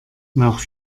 nach